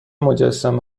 مجسمه